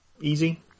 Easy